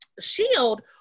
shield